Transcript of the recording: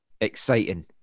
exciting